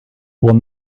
will